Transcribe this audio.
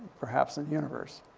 perhaps the universe.